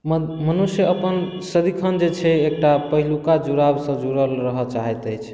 मन मनुष्य अपन सदिखन जे छै एकटा पहिलुका जुड़ावसँ जुड़ल रहऽ चाहैत अछि